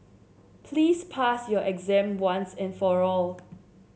please pass your exam once and for all